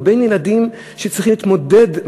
וילדים שצריכים להתמודד,